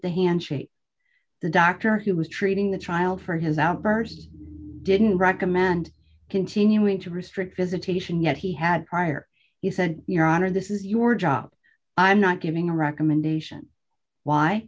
the handshake the doctor who was treating the trial for his outburst didn't recommend continuing to restrict visitation yet he had prior he said your honor this is your job i'm not giving a recommendation why